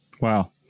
Wow